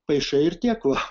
paišai ir tiek va